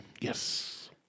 Yes